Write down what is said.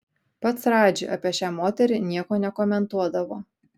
pats radži apie šią moterį nieko nekomentuodavo